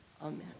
amen